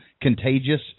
contagious